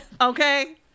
Okay